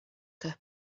cup